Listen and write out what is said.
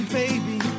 baby